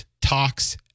talks